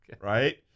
right